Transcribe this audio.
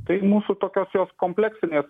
tai mūsų tokios jos kompleksinės